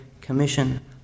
commission